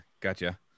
Gotcha